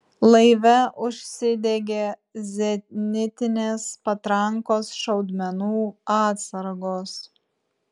laive užsidegė zenitinės patrankos šaudmenų atsargos